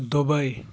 Dubai